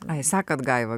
ai sekat gaiva